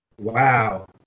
Wow